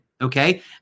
Okay